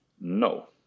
No